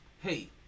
hey